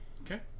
okay